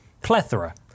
plethora